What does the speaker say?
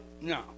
No